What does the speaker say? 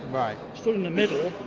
right. stood in the middle,